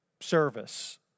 service